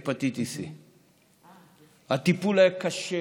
מהפטיטיס C. הטיפול היה קשה,